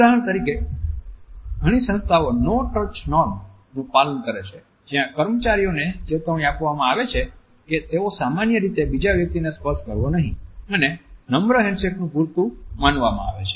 ઉદાહરણ તરીકે ઘણી સંસ્થાઓ 'નો ટચ નોર્મ' નું પાલન કરે છે જ્યાં કર્મચારીઓને ચેતવણી આપવામાં આવે છે કે તેઓ સામાન્ય રીતે બીજા વ્યક્તિને સ્પર્શ કરવો નહિ અને નમ્ર હેન્ડશેકને પૂરતું માનવામાં આવે છે